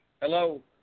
Hello